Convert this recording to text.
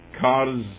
cars